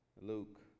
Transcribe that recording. Luke